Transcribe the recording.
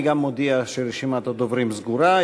אני גם מודיע שרשימת הדוברים סגורה.